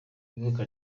ivuka